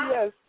Yes